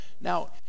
Now